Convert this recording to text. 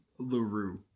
Luru